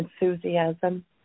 enthusiasm